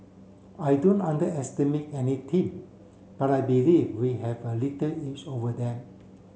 I don't underestimate any team but I believe we have a little edge over them